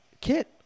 Kit